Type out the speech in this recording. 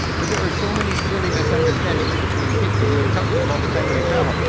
but there are so many silly misunderstandings between people. you encounter them all the time when you travel.